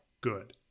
good